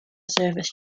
service